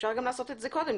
אפשר לעשות את זה קודם,